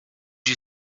you